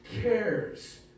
Cares